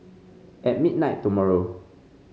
at midnight tomorrow